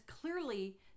clearly